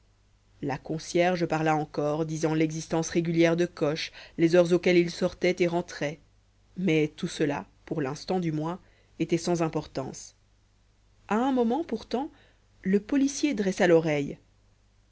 la concierge parla encore disant l'existence régulière de coche les heures auxquelles il sortait et rentrait mais tout cela pour l'instant du moins était sans importance à un moment pourtant le policier dressa l'oreille